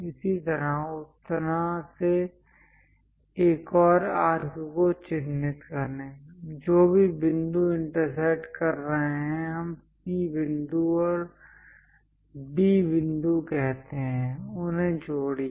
इसी तरह उस तरह से एक और आर्क को चिह्नित करें जो भी बिंदु इंटरसेक्ट कर रहे हैं हम C बिंदु और D बिंदु कहते हैं उन्हें जोड़िए